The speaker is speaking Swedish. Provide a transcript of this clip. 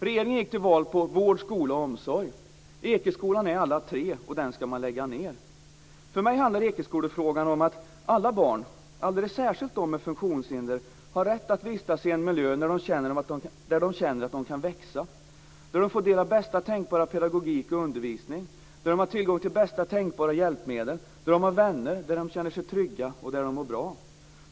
Regeringen gick till val på vården, skolan och omsorgen. Ekeskolan är alla tre - och den ska man lägga ned! För mig handlar Ekeskolanfrågan om att alla barn, alldeles särskilt de med funktionshinder, har rätt att vistas i en miljö där de känner att de kan växa, där de får del av bästa tänkbara pedagogik och undervisning, där de har tillgång till bästa tänkbara hjälpmedel, där de har vänner, där de känner sig trygga och där de mår bra.